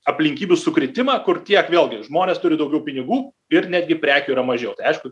aplinkybių sukritimą kur tiek vėlgi žmonės turi daugiau pinigų ir netgi prekių yra mažiau tai aišku